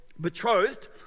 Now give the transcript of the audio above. betrothed